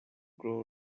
grow